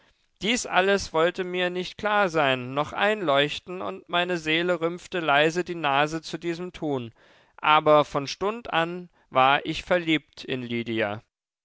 dies alles wollte mir nicht klar sein noch einleuchten und meine seele rümpfte leise die nase zu diesem tun aber von stund an war ich verliebt in lydia